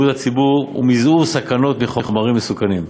בריאות הציבור ומזעור סכנות מחומרים מסוכנים.